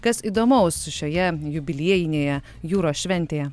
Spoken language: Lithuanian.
kas įdomaus šioje jubiliejinėje jūros šventėje